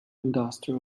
industrial